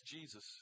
Jesus